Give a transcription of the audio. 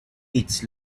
its